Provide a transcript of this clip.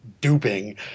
duping